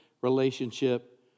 relationship